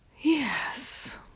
Yes